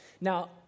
Now